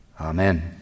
Amen